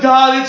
God